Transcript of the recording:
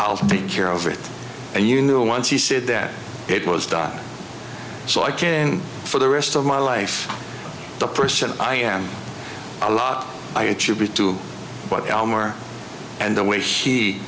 i'll take care of it and you know once he said that it was done so i can for the rest of my life the person i am a lot i attribute to what al gore and the way he